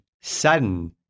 sudden